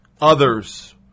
Others